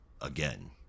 again